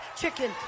chicken